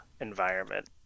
environment